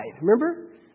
Remember